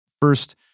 first